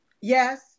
Yes